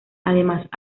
además